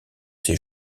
ses